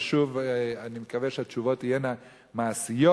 ושוב, אני מקווה שהתשובות תהיינה מעשיות: